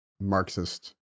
Marxist